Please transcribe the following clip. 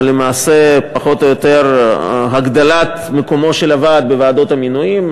פחות או יותר הגדלת מקומו של הוועד בוועדות המינויים.